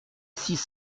six